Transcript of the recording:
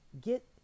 get